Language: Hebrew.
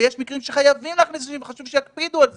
יש מקרים שחייבים להכניס אנשים לבידוד וחשוב שיקפידו על זה,